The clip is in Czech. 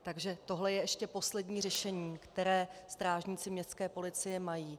Takže tohle je ještě poslední řešení, které strážníci městské policie mají.